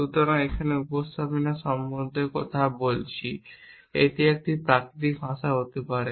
সুতরাং আমি এখানে উপস্থাপনা সম্পর্কে কথা বলছি এটি একটি প্রাকৃতিক ভাষা হতে পারে